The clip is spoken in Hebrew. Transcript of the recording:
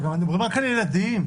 אבל אנחנו מדברים כאן על ילדים,